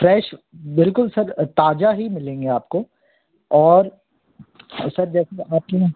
fresh बिल्कुल सब ताज़ा ही मिलेंगे आपको और सर जैसे अब आपकी